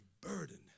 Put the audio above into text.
burden